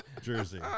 Jersey